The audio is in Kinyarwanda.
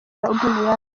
aubameyang